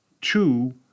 two